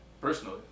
personally